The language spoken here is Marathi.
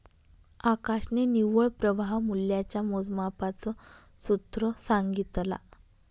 आकाशने निव्वळ प्रवाह मूल्याच्या मोजमापाच सूत्र सांगितला